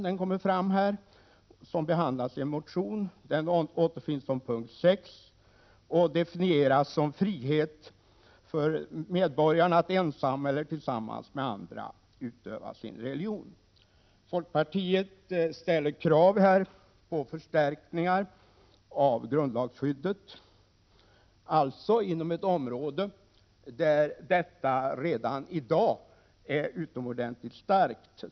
Denna behandlas under punkt 6 i 2 kap. 1§ RF och definieras som frihet för medborgaren att ensam eller tillsammans med andra utöva sin religion. Folkpartiet ställer härvidlag krav på förstärkning av grundlagsskyddet — alltså inom ett område där grundlagsskyddet redan i dag är utomordentligt — Prot. 1987/88:31 starkt.